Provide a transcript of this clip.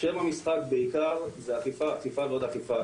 שם המשחק בעיקר זה אכיפה, אכיפה ועוד אכיפה.